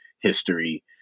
history